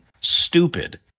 stupid